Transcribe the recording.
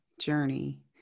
journey